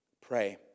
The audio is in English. Pray